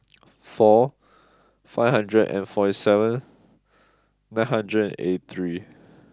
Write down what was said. four five hundred and forty seven nine hundred eighty three